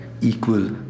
equal